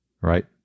Right